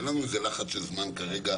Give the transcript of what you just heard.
אין לנו איזה לחץ של זמן כרגע.